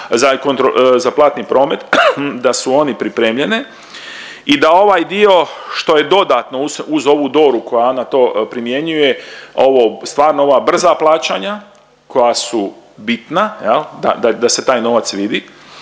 za platni promet da su one pripremljene i da ovaj dio što je dodatno uz ovu Doru koja ANATO primjenjuje, ovo stvarno ova brza plaćanja koja su bitna jel, da se taj novac vidi.